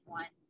one